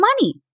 money